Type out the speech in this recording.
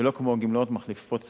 שלא כמו גמלאות מחליפות שכר,